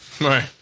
Right